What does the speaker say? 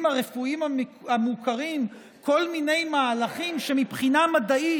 הרפואיים המוכרים כל מיני מהלכים שמבחינה מדעית,